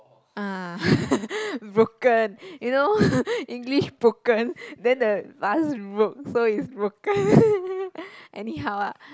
uh broken you know English broken then the vase broke so is broken anyhow ah